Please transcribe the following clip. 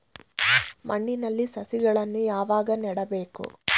ಮಣ್ಣಿನಲ್ಲಿ ಸಸಿಗಳನ್ನು ಯಾವಾಗ ನೆಡಬೇಕು?